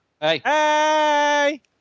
hey